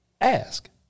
ask